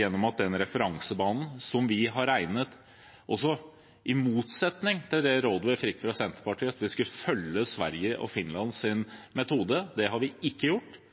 gjennom den referansebanen vi har regnet ut. I motsetning til rådet vi fikk fra Senterpartiet om å følge Sverige og Finland sin metode, har vi ikke gjort